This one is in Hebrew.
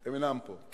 הם אינם פה.